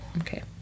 Okay